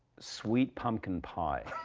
sweet pumpkin pie.